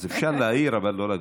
אז אפשר להעיר אבל לא להגזים.